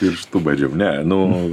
pirštu badžiau ne nu